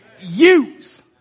Use